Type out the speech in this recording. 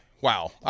Wow